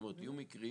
זאת אומרת, יהיו מקרים